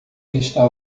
está